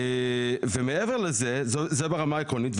ומעבר לזה, זה ברמה העקרונית.